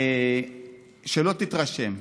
שלא תתרשם,